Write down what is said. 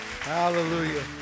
Hallelujah